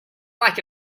like